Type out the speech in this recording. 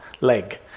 leg